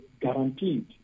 guaranteed